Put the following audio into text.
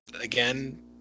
again